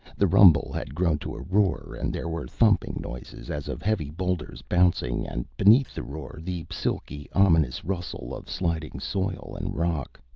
the rumble had grown to a roar and there were thumping noises, as of heavy boulders bouncing, and beneath the roar the silky, ominous rustle of sliding soil and rock.